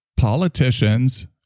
politicians